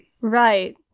Right